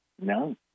No